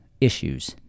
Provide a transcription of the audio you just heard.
issues